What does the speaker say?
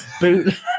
Boot